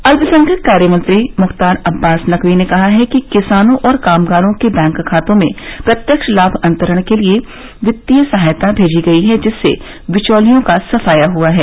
अल्पसंख्यक कार्यमंत्री मुख्तार अब्बास नकवी ने कहा कि किसानों और कामगारों के बैंक खातों में प्रत्यक्ष लाम अंतरण के जरिये वित्तीय सहायता भेजी गई है जिससे बिचौलियों का सफाया हुआ है